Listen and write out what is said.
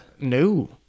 No